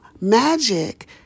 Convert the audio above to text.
magic